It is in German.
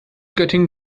göttingen